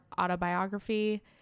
autobiography